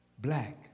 black